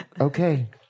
okay